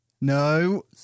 No